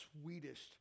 sweetest